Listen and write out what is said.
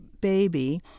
baby